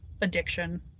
addiction